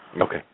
Okay